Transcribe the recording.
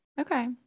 Okay